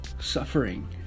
suffering